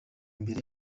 imbere